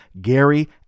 Gary